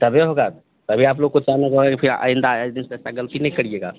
तभिए होगा तभी आपलोग को फिर आइन्दा इस दिन से ऐसी गलती नहीं करिएगा